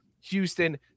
Houston